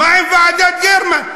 מה עם ועדת גרמן?